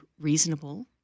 reasonable